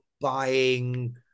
Buying